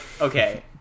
okay